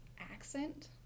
accent